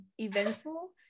eventful